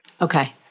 okay